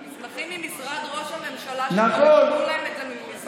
מסמכים ממשרד ראש הממשלה שכבר אישרו להם את זה מזמן.